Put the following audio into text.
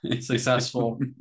successful